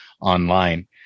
online